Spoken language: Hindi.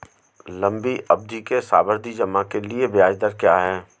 लंबी अवधि के सावधि जमा के लिए ब्याज दर क्या है?